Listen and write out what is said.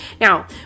Now